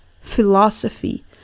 philosophy